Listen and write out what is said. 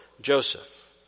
Joseph